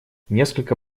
несколько